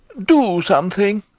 do something!